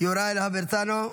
יוראי להב הרצנו,